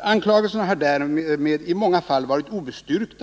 Anklagelserna har, framhåller utrikesministern, i många fall varit obestyrkta.